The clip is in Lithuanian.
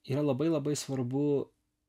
yra labai labai svarbu